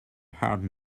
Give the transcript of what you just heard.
hard